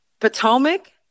Potomac